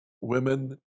women